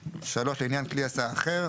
(3) לעניין כלי הסעה אחר,